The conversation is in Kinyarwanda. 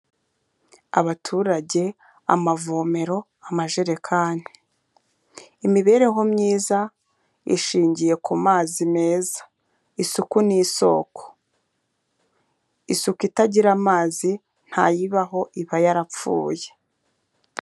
Abaturage, amavomero, amajerekani. Imibereho myiza ishingiye ku mazi meza, isuku ni isoko. Isuku itagira amazi ntayibahoho iba yarapfuye.